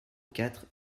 quatre